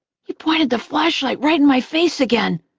he pointed the flashlight right in my face again,